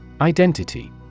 Identity